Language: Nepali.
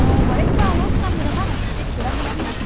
अँ भरेतिर आउनुहोस् न मेरोमा त्यतिखेर मिलाउँ न